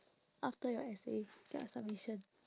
after your essay ya submission